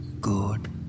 good